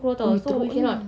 !ee! teruknya